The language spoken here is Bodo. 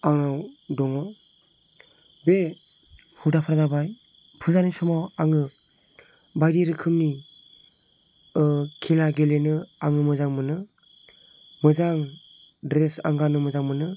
आंनाव दङ बे हुदाफोरा जाबाय फुजानि समाव आङो बायदि रोखोमनि खेला गेलेनो आङो मोजां मोनो मोजां ड्रेस आं गाननो मोजां मोनो